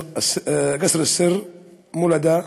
קסר-א-סיר, מולדה,